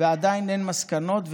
עדיין אין מסקנות,